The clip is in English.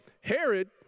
Herod